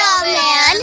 man